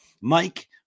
Mike